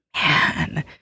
man